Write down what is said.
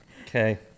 Okay